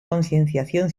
concienciación